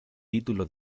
título